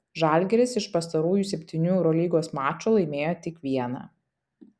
žalgiris iš pastarųjų septynių eurolygos mačų laimėjo tik vieną